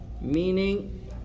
Meaning